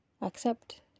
accept